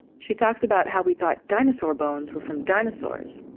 she talks about how we thought dinosaur bones were from dinosaurs,